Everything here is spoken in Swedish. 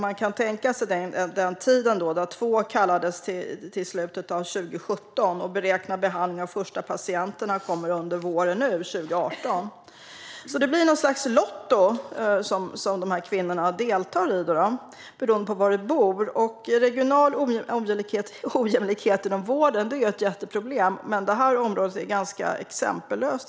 Man kan tänka sig att det blir den tiden, när två kvinnor kallades till slutet av 2017, och beräknad behandling av de första patienterna sker nu under våren 2018. Det blir något slags lotto som kvinnorna deltar i beroende på var man bor. Regional ojämlikhet inom vården är ett jätteproblem, men på detta område är det verkligen exempellöst.